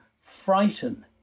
frighten